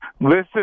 Listen